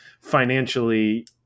financially